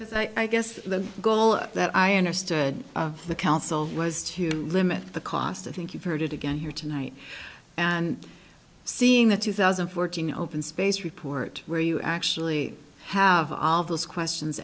because i guess the goal that i understood the council was to limit the cost of think you've heard it again here tonight and seeing the two thousand and fourteen open space report where you actually have all of those questions